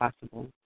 possible